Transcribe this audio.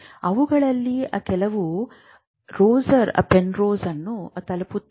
ಅವುಗಳಲ್ಲಿ ಕೆಲವು Roger Penrose ಅನ್ನು ತಲುಪುತ್ತವೆ